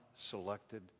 selected